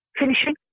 finishing